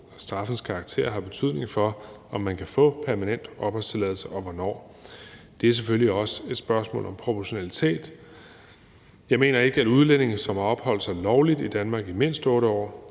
og straffens karakter har betydning for, om man kan få permanent opholdstilladelse og hvornår. Det er selvfølgelig også et spørgsmål om proportionalitet. Jeg mener ikke, at udlændinge, som har opholdt sig lovligt i Danmark i mindst 8 år,